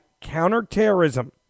counterterrorism